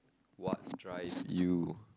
what drive you